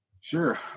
Sure